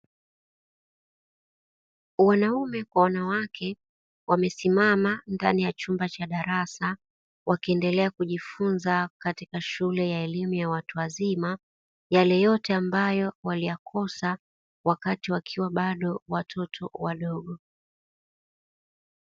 Wanaume kwa wanawake wamesimama ndani ya chumba cha darasa, wakiendelea kujifunza katika shule ya elimu ya watu wazima yale yote ambayo waliyakosa wakati wakiwa bado watoto wadogo.